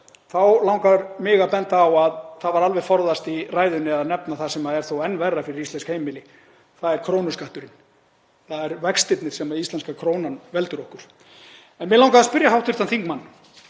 þá langar mig að benda á að það var alveg forðast í ræðunni að nefna það sem er þó enn verra fyrir íslensk heimili. Það er krónuskatturinn. Það eru vextirnir sem íslenska krónan veldur okkur. Mig langaði að spyrja hv. þingmann: